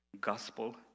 gospel